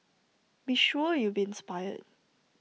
be sure you'll be inspired